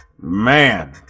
Man